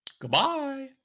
goodbye